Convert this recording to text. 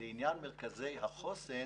לעניין מרכזי החוסן